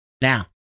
Now